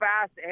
fast